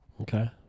Okay